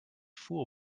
fool